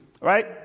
Right